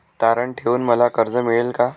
तारण ठेवून मला कर्ज मिळेल का?